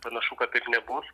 panašu kad taip nebus